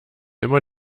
immer